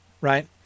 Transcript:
right